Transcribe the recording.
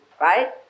right